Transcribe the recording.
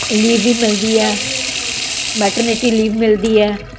leave ਵੀ ਮਿਲਦੀ ਹੈ ਮੈਟਰਨੀਟੀ ਮਿਲਦੀ ਹੈ